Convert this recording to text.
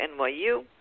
NYU